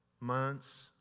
months